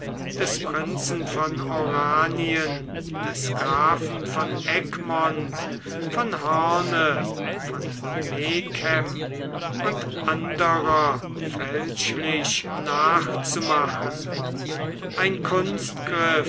des prinzen von oranien des grafen von egmont von hoorn von megen und anderer fälschlich nachzumachen ein